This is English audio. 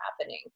happening